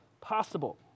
possible